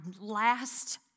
last